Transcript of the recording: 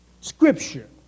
scripture